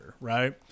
right